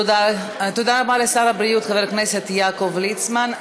תודה רבה לשר הבריאות חבר הכנסת יעקב ליצמן.